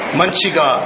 Manchiga